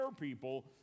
people